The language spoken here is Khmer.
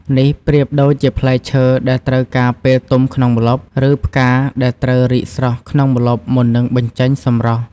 នេះប្រៀបដូចជាផ្លែឈើដែលត្រូវការពេលទុំក្នុងម្លប់ ឬផ្កាដែលត្រូវរីកស្រស់ក្នុងម្លប់មុននឹងបញ្ចេញសម្រស់។